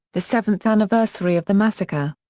the seventh anniversary of the massacre.